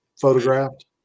photographed